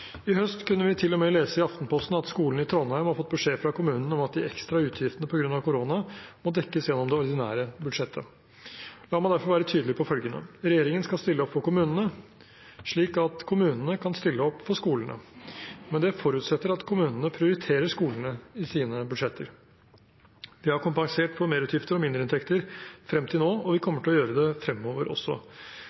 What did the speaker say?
I høst kunne vi til og med lese i Aftenposten at skolene i Trondheim hadde fått beskjed fra kommunen om at de ekstra utgiftene på grunn av korona måtte dekkes gjennom det ordinære budsjettet. La meg derfor være tydelig på følgende: Regjeringen skal stille opp for kommunene, slik at kommunene kan stille opp for skolene. Men det forutsetter at kommunene prioriterer skolene i sine budsjetter. Vi har kompensert for merutgifter og mindreinntekter frem til nå, og vi kommer også til å gjøre det fremover.